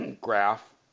graph